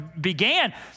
began